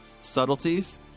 subtleties